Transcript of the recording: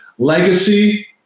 legacy